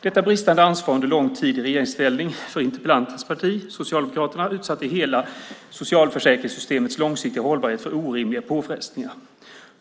Detta bristande ansvar under lång tid i regeringsställning för interpellantens parti, Socialdemokraterna, utsatte hela socialförsäkringssystemets långsiktiga hållbarhet för orimliga påfrestningar.